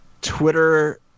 Twitter